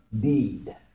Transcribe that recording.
deed